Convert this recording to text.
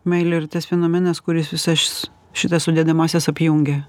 meilė yra tas fenomenas kuris visas šitas sudedamąsias apjungia